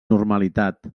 normalitat